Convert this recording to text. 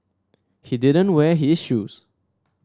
he didn't wear his shoes